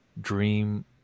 dream